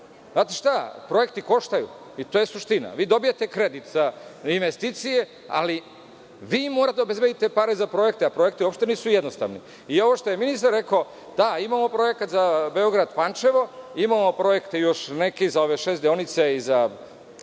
Znate šta, projekti koštaju i to je suština. Vi dobijate kredit za investicije, ali i vi morate da obezbedite pare za projekte, a projekti uopšte nisu jednostavni. Ovo što je ministar rekao, da, imamo projekat za Beograd-Pančevo, imamo još za šest deonica i za